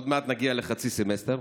עוד מעט נגיע לאמצע הסמסטר,